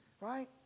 right